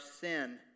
sin